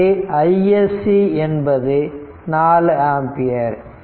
எனவே isc என்பது 4 ampere